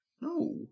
No